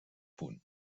punt